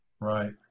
Right